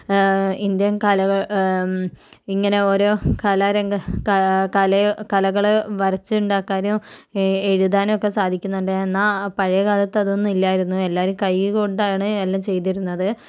Indian കല ഇങ്ങനെ ഓരോ കലാരങ്ക ക കല കലകൾ വരച്ച് ഉണ്ടാക്കാനും എഴുതാനൊക്കെ സാധിക്കുന്നുണ്ട് എന്നാൽ ആ പഴയകാലത്ത് അതൊന്നും ഇല്ലായിരുന്നു എല്ലാവരും കൈ കൊണ്ടാണ് എല്ലാം ചെയ്തിരുന്നത്